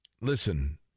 Listen